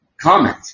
comment